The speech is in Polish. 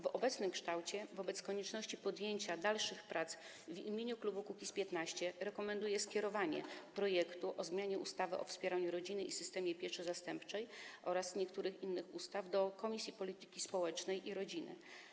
W obecnej sytuacji wobec konieczności podjęcia dalszych prac w imieniu klubu Kukiz’15 rekomenduję skierowanie projektu ustawy o zmianie ustawy o wspieraniu rodziny i systemie pieczy zastępczej oraz niektórych innych ustaw do Komisji Polityki Społecznej i Rodziny.